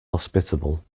hospitable